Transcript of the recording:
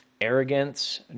arrogance